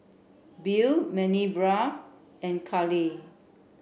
Bill Minerva and Kalie